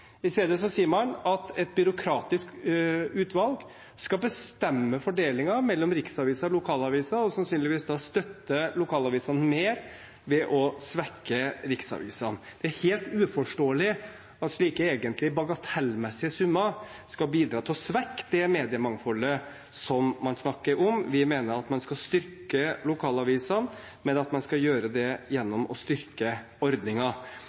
I stedet sier man at et byråkratisk utvalg skal bestemme fordelingen mellom riksaviser og lokalaviser, og sannsynligvis da støtte lokalavisene mer ved å svekke riksavisene. Det er helt uforståelig at slike egentlig bagatellmessige summer skal bidra til å svekke det mediemangfoldet som man snakker om. Vi mener at man skal styrke lokalavisene, men at man skal gjøre det